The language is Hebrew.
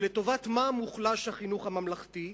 ולטובת מה מוחלש החינוך הממלכתי?